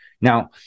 Now